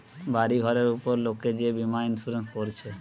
বাড়ি ঘরের উপর লোক যে বীমা ইন্সুরেন্স কোরছে